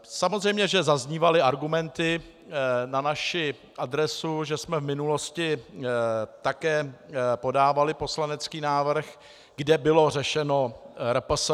Samozřejmě že zaznívaly argumenty na naši adresu, že jsme v minulosti také podávali poslanecký návrh, kde bylo řešeno RPSN.